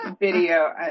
video